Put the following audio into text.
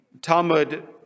Talmud